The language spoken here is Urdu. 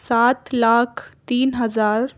سات لاکھ تین ہزار